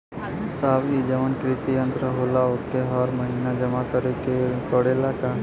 साहब ई जवन कृषि ऋण होला ओके हर महिना जमा करे के पणेला का?